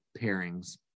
pairings